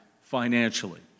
financially